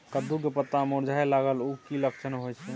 कद्दू के पत्ता मुरझाय लागल उ कि लक्षण होय छै?